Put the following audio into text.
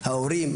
ההורים,